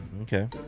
Okay